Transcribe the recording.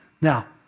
Now